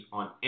on